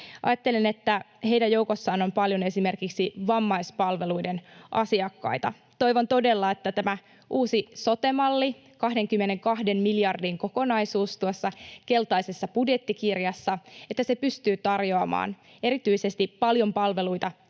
Ajattelen, että heidän joukossaan on paljon esimerkiksi vammaispalveluiden asiakkaita. Toivon todella, että tämä uusi sote-malli, 22 miljardin kokonaisuus tuossa keltaisessa budjettikirjassa, pystyy tarjoamaan erityisesti paljon palveluita